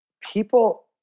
people